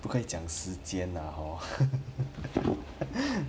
不可以讲时间 lah hor